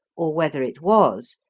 or whether it was,